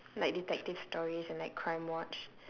like detective stories and like crimewatch